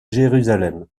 jérusalem